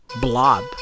blob